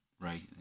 Right